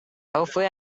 hopefully